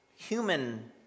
Human